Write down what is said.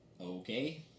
Okay